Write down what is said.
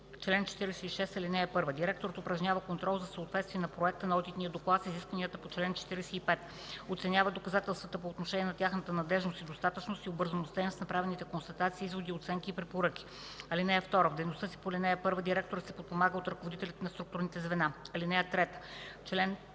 „Чл. 46. (1) Директорът упражнява контрол за съответствие на проекта на одитен доклад с изискванията по чл. 45, оценява доказателствата по отношение на тяхната надеждност и достатъчност и обвързаността им с направените констатации, изводи, оценки и препоръки. (2) В дейността си по ал. 1 директорът се подпомага от ръководителите на структурните звена. (3) В 30-дневен